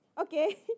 Okay